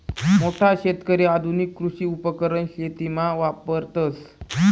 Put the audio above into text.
मोठा शेतकरी आधुनिक कृषी उपकरण शेतीमा वापरतस